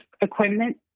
equipment